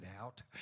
out